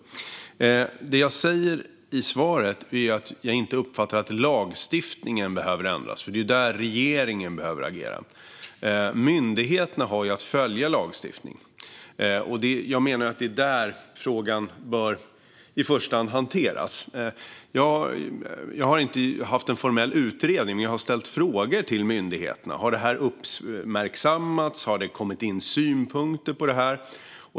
Det jag säger i svaret är att jag inte uppfattar att lagstiftningen behöver ändras. Det är där regeringen i så fall behöver agera. Myndigheterna har att följa lagstiftningen. Det är där frågan i första hand bör hanteras. Jag har inte gjort någon formell utredning, men jag har ställt frågor till myndigheterna: Har detta uppmärksammats? Har det kommit in synpunkter på det här?